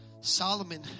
Solomon